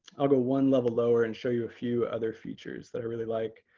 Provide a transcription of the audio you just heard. i'll go one level lower and show you a few other features that i really like.